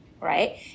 Right